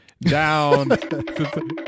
down